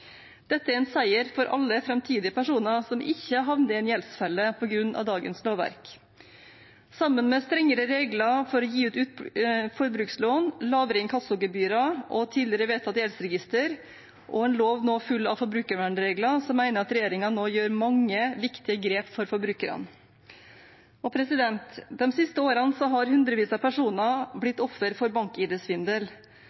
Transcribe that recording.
Dette er en seier for alle framtidige personer som ikke havner i en gjeldsfelle på grunn av dagens lovverk. Sammen med strengere regler for å gi ut forbrukslån, lavere inkassogebyrer, tidligere vedtatt gjeldsregister og en lov nå full av forbrukervernregler mener jeg at regjeringen nå gjør mange viktige grep for forbrukerne. De siste årene har hundrevis av personer